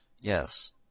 Yes